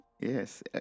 Yes